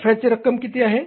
नफ्याची रक्कम किती आहे